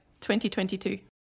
2022